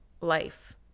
life